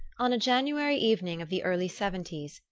on a january evening of the early seventies,